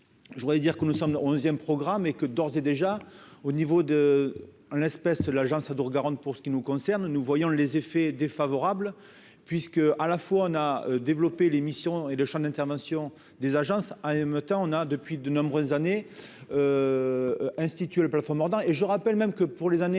je voudrais dire que nous sommes le onzième programme et que, d'ores et déjà au niveau de l'espèce, l'Agence Adour-Garonne pour ce qui nous concerne, nous voyons les effets défavorables, puisque à la fois on a développé l'émission et le Champ d'intervention des agences ah émeutes, hein, on a depuis de nombreuses années, institué le plafond mordant et je rappelle même que pour les années